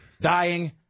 dying